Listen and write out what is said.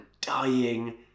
dying